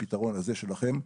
הפתרון הזה שלכם,